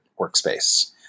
workspace